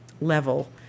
level